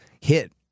hit